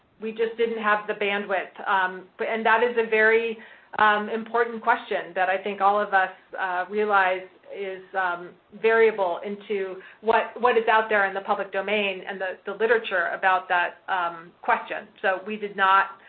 we just didn't have the bandwidth um but and that is a very important question that i think all of us realize is variable into what what is out there in the public domain and the the literature about that question. so, we did not